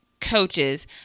coaches